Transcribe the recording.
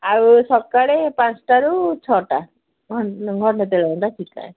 ଆଉ ସକାଳେ ପାଞ୍ଚଟାରୁ ଛଅଟା ଘଣ୍ଟେ ଦେଢ଼ ଘଣ୍ଟା ସିଖାଏ